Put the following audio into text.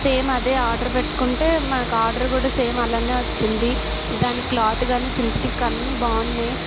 same అదే order పెట్టుకుంటే మనకు ఆర్డర్ కూడా సేమ్ అలాగే వచ్చింది దాని క్లాత్ కానీ సింథటిక్ అన్నీ బాగున్నాయి